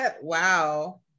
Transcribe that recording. wow